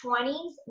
20s